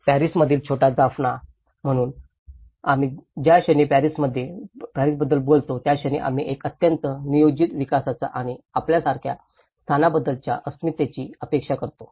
पॅरिसमधील छोटा जाफनाJaffna म्हणून आम्ही ज्या क्षणी पॅरिसबद्दल बोलतो त्या क्षणी आम्ही एक अत्यंत नियोजित विकासाचा आणि आपल्यासारख्या स्थानाबद्दलच्या अस्मितेची अपेक्षा करतो